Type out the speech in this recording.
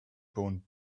bone